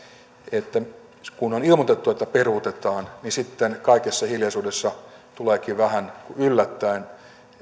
että kun on ilmoitettu että peruutetaan niin sitten kaikessa hiljaisuudessa tuleekin vähän yllättäen